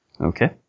Okay